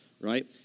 right